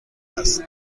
است